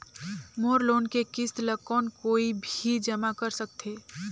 मोर loan के किस्त ल कौन कोई भी जमा कर सकथे?